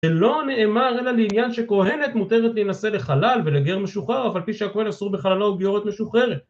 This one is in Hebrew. שלא נאמר אלא לעניין שכהנת מותרת להנשא לחלל ולגר משוחרר אף פי שהכהן אסור בחללה וגיורת משוחררת